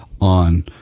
on